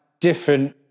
different